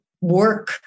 work